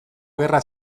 gerra